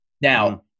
Now